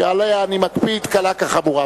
שעליה אני מקפיד קלה כחמורה.